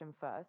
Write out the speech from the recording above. first